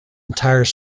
entire